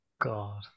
god